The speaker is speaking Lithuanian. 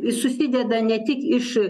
jis susideda ne tik iš